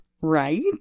right